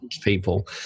people